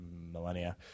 millennia